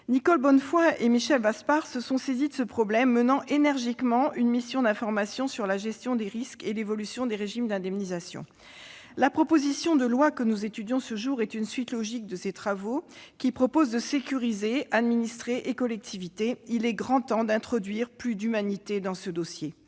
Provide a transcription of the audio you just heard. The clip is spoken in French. Nicole Bonnefoy et Michel Vaspart se sont saisis de ce problème, menant énergiquement une mission d'information sur la gestion des risques climatiques et l'évolution de nos régimes d'indemnisation. La proposition de loi que nous étudions ce jour est la suite logique de ses travaux, car elle prévoit de sécuriser administrés et collectivités. Il est grand temps d'introduire plus d'humanité dans ce dossier.